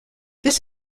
this